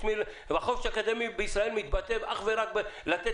החופש האקדמי בישראל מתבטא אך ורק בלתת